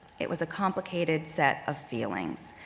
it was a complicated set of feelings,